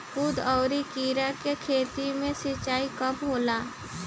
कदु और किरा के खेती में सिंचाई कब होला?